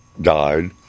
died